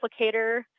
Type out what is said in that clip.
applicator